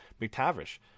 McTavish